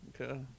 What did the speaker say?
Okay